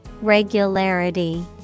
Regularity